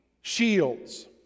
shields